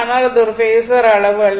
ஆனால் அது ஒரு பேஸர் அளவு அல்ல